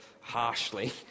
harshly